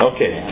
Okay